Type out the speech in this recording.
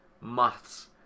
maths